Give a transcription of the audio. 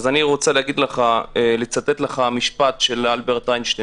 אני רוצה לצטט לך משפט של אלברט איינשטיין